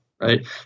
right